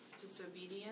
disobedience